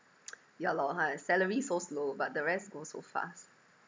ya lor !hais! salary so slow but the rest go so fast